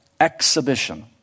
Exhibition